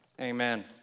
Amen